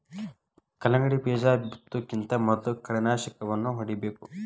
ಕಲ್ಲಂಗಡಿ ಬೇಜಾ ಬಿತ್ತುಕಿಂತ ಮೊದಲು ಕಳೆನಾಶಕವನ್ನಾ ಹೊಡಿಬೇಕ